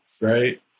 Right